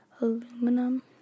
aluminum